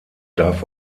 darf